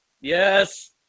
Yes